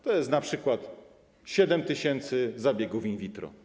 To jest np. 7 tys. zabiegów in vitro.